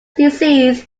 disease